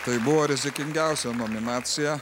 tai buvo rizikingiausia nominacija